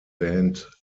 band